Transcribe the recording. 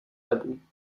webu